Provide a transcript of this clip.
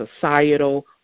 societal